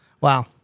Wow